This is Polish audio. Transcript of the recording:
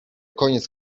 koniec